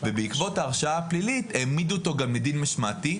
ובעקבות ההרשעה הפלילית העמידו אותו גם לדין משמעתי,